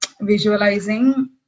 visualizing